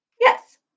Yes